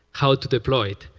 how to deploy it?